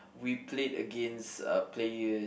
we played against uh player